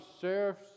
sheriff